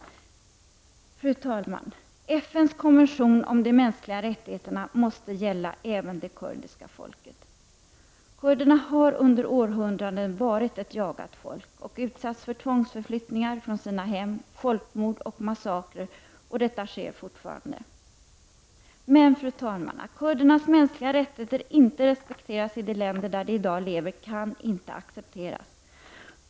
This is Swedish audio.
Fru talman! FNs konvention om de mänskliga rättigheterna måste gälla även det kurdiska folket. Kurderna har under århundraden varit ett jagat folk och utsatts för tvångsförflyttningar från sina hem, folkmord och massakrer, och detta sker fortfarande. Men, fru talman, att kurdernas mänskliga rättigheter inte respekteras i de länder där de i dag lever, kan inte accepteras.